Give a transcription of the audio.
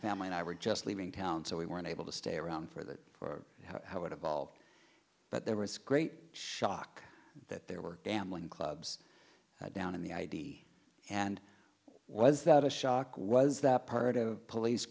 family and i were just leaving town so we weren't able to stay around for that for how it evolved but there was great shock that there were gambling clubs down in the id and was that a shock was that part of police